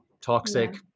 toxic